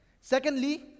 Secondly